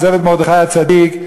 עוזב את מרדכי הצדיק,